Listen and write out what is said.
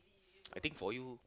I think for you